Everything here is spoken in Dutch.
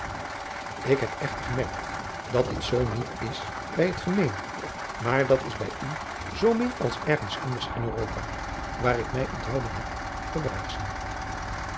ik heb echter gemerkt dat dit zoo niet is bij het gemeen maar dat is bij u zoo min als ergens in europa waar ik mij onthouden heb